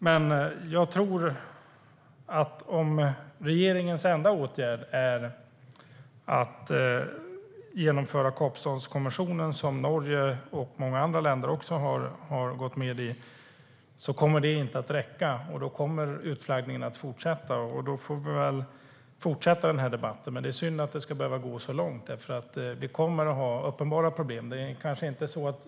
Ifall regeringens enda åtgärd är att genomföra Kapstadskonventionen, som Norge och många andra länder också har gått med i, tror jag inte att det kommer att räcka. Då kommer utflaggningen att fortsätta. Och då får vi väl fortsätta den här debatten. Men det är synd att det ska behöva gå så långt. Det kommer nämligen att bli uppenbara problem.